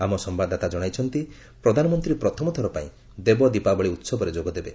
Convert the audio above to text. ଆମ ସମ୍ଭାଦଦାତା ଜଣାଇଛନ୍ତି ପ୍ରଧାନମନ୍ତ୍ରୀ ପ୍ରଥମ ଥରପାଇଁ ଦେବ ଦୀପାବଳି ଉତ୍ସବରେ ଯୋଗଦେବେ